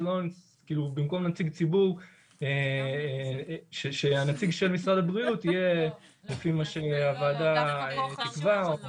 כאילו במקום נציג ציבור שהנציג של משרד הבריאות לפי מה שהוועדה תקבע.